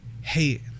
Hey